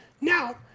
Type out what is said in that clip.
Now